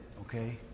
okay